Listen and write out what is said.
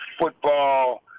football